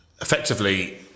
effectively